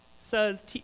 says